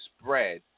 spread